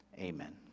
Amen